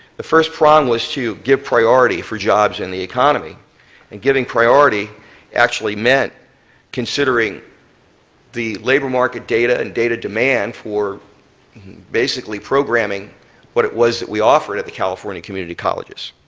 the first prong was to give priority for jobs in the economy and getting priority meant considering the labor market data and data demand for basically programming what it was we offered at the california community colleges.